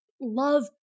love